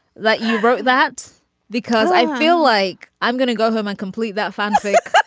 like you wrote that because i feel like i'm gonna go home and complete that fanfic.